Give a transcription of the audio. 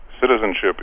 citizenship